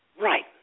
Right